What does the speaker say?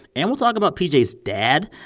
and we'll talk about pj's dad.